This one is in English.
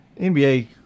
NBA